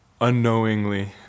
unknowingly